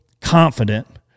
confident